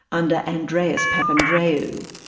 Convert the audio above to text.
under andreas papandreou.